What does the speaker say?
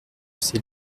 ses